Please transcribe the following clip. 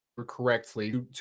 correctly